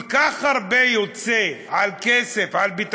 כל כך הרבה כסף יוצא על ביטחון,